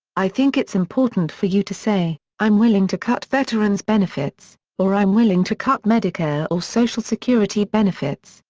i think it's important for you to say, i'm willing to cut veterans' benefits, or i'm willing to cut medicare or social security benefits,